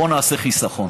בואו נעשה חיסכון.